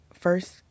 First